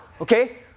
okay